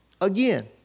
Again